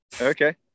Okay